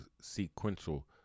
sequential